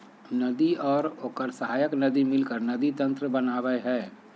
नदी और ओकर सहायक नदी मिलकर नदी तंत्र बनावय हइ